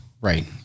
right